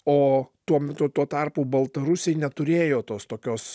o tuo metu tuo tarpu baltarusiai neturėjo tos tokios